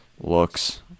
looks